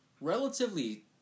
relatively